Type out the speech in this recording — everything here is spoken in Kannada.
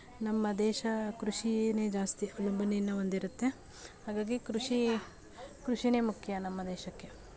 ನಮ್ಮ ದೇಶ ಕೃಷಿಯನ್ನೇ ಜಾಸ್ತಿ ಅವಲಂಬನೆಯನ್ನು ಹೊಂದಿರುತ್ತೆ ಹಾಗಾಗಿ ಕೃಷಿ ಕೃಷಿಯೇ ಮುಖ್ಯ ನಮ್ಮ ದೇಶಕ್ಕೆ